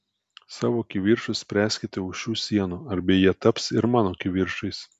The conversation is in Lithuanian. savo kivirčus spręskite už šių sienų arba jie taps ir mano kivirčais